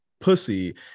pussy